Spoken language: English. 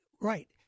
Right